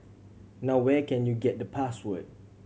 now where can you get the password